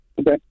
Okay